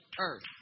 earth